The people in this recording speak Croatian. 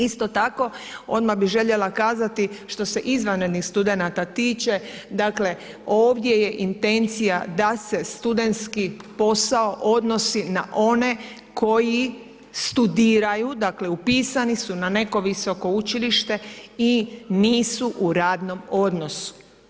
Isto tako, odmah bi željela kazati što se izvanrednih studenata tiče dakle, ovdje je intencija da se studentski posao odnosi na one koji studiraju dakle, upisani su na neko visoko učilište i nisu u radnom odnosu.